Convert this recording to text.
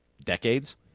decades